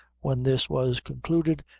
when this was concluded,